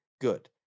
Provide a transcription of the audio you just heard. Good